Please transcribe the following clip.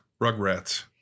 Rugrats